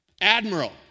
admiral